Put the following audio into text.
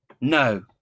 No